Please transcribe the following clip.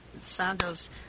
Sandoz